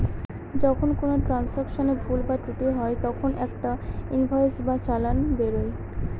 যখন কোনো ট্রান্সাকশনে ভুল বা ত্রুটি হয় তখন একটা ইনভয়েস বা চালান বেরোয়